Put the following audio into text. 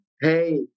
hey